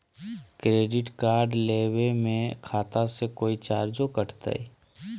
Credit card लेवे में खाता से कोई चार्जो कटतई?